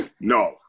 No